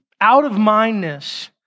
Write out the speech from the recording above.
out-of-mindness